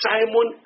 Simon